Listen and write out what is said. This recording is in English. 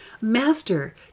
Master